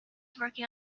working